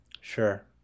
sure